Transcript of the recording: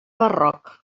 barroc